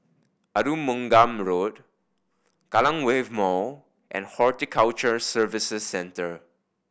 Arumugam Road Kallang Wave Mall and Horticulture Services Centre